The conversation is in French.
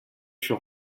fut